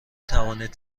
توانید